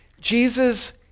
Jesus